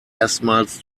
erstmals